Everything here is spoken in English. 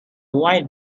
white